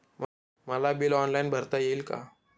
मला bill online भरता येईल का?